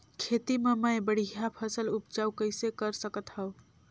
खेती म मै बढ़िया फसल उपजाऊ कइसे कर सकत थव?